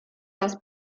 das